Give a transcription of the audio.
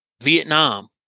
Vietnam